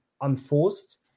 unforced